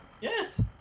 Yes